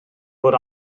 fod